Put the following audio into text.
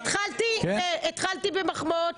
התחלתי במחמאות.